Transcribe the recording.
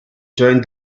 joined